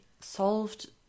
solved